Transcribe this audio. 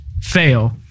fail